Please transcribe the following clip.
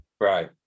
Right